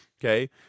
Okay